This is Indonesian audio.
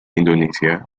indonesia